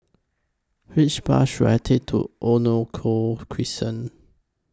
Which Bus should I Take to Crescent